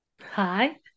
hi